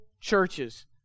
churches